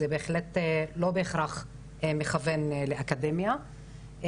זה לא בהכרח מכוון לאקדמיה.